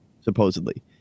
supposedly